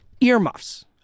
Earmuffs